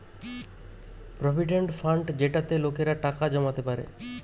provident fund যেটাতে লোকেরা টাকা জমাতে পারে